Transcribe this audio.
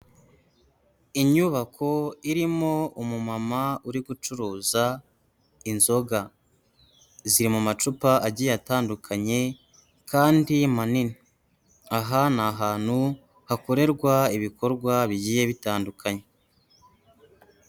Inyubako irimo umumama uri gucuruza inzoga, ziri mu macupa agiye atandukanye kandi manini, aha ni ahantu hakorerwa ibikorwa bigiye bitandukanye.